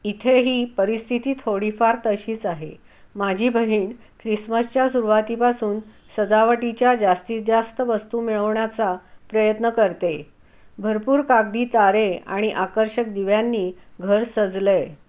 इथेही परिस्थिती थोडीफार तशीच आहे माझी बहीण ख्रिसमसच्या सुरुवातीपासून सजावटीच्या जास्तीत जास्त वस्तू मिळवण्याचा प्रयत्न करते भरपूर कागदी तारे आणि आकर्षक दिव्यांनी घर सजलं आहे